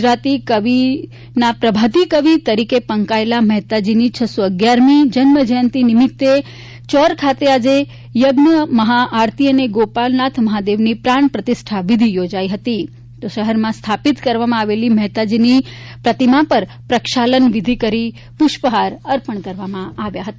ગુજરાતી કવિતાના પ્રભાતી કવિ તરીકે પંકાયેલા મહેતાજીની છસો એગિયારમી જયાની નિમિતે ચોર ખાતે યજ્ઞ મહા આરતી અને ગોપનાથ મહાદેવની પ્રાણ પ્રતિષ્ટા વિધિ યોજાઈ હતી તો શહેરમાં સ્થાપિત કરવામાં આવેલ મહેતાજીની પ્રતિમાની પણ પ્રક્ષાલન વિધિ કરી પુષ્પહાર અર્પણ કરવામાં આવ્યા હતા